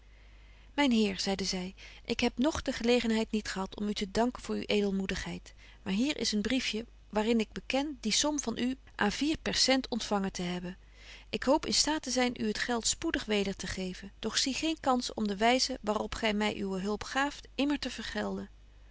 myn heer zeide zy ik heb nog de gelegenheid niet gehad om u te danken voor uwe edelmoedigheid maar hier is een briefje waar in ik beken die som van u à per ct ontfangen te hebben ik hoop in staat te zyn u het geld spoedig weder te geven doch zie geen kans om de wyze waar op gy my uwe hulpe gaaft immer te vergelden